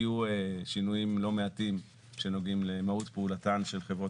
יהיו שינויים לא מעטים שנוגעים למהות פעולתן של חברות